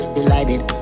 delighted